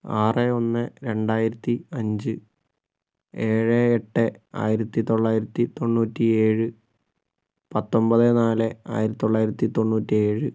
ആറ് ഒന്ന് രണ്ടായിരത്തി അഞ്ച് ഏഴ് എട്ട് ആയിരത്തി തൊള്ളായിരത്തി തൊണ്ണൂറ്റിയേഴ് പത്തൊമ്പത് നാല് ആയിരത്തി തൊള്ളായിരത്തി തൊണ്ണൂറ്റേഴ്